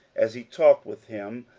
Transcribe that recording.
as he talked with him,